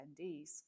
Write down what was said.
attendees